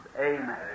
Amen